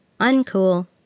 Uncool